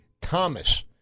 Thomas